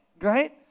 right